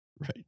Right